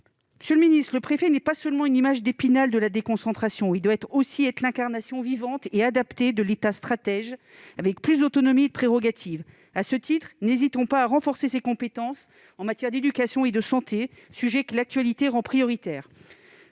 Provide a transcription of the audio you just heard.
? Monsieur le ministre, le préfet n'est pas seulement une image d'Épinal de la déconcentration. Il doit aussi être l'incarnation vivante et adaptée de l'État stratège, avec plus d'autonomie et de prérogatives. À ce titre, n'hésitons pas à renforcer ses compétences en matière d'éducation et de santé, sujets que l'actualité rend prioritaires.